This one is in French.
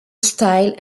style